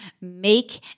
make